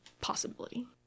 possibility